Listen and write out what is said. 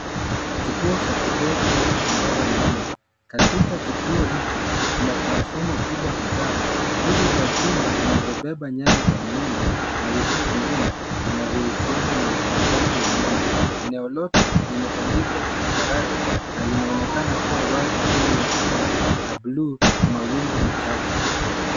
Kituo cha kupoza au kusambaza umeme. Katika kituo hicho, kuna transfoma kubwa kadhaa, nguzo za chuma zinazobeba nyaya za umeme, na vifaa vingine vinavyohusiana na usambazaji wa umeme. Eneo lote, limetandikwa changarawe na linaonekana kuwa wazi chini ya anga la bluu, ya mawingu machache.